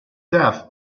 death